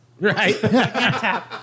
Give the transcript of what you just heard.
Right